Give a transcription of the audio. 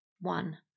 One